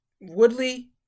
Woodley